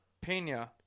Pena